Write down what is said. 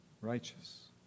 righteous